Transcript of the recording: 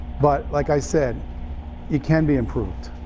but like i said it can be improved,